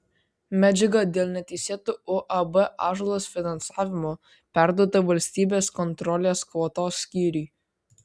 medžiaga dėl neteisėto uab ąžuolas finansavimo perduota valstybės kontrolės kvotos skyriui